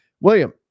William